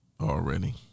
Already